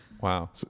wow